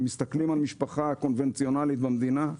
כשמסתכלים על משפחה קונבנציונלית במדינה,